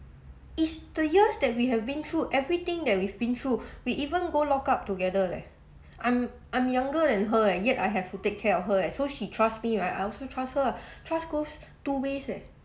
it's the years that we have been through everything that we've been through we even go lockup together leh I'm I'm younger than her eh yet I have to take care of her eh so she trust me right I also trust her ah trust goes two ways eh